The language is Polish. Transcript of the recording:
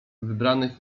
wybranych